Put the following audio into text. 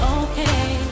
okay